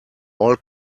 all